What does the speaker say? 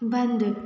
बंदि